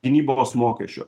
gynybos mokesčio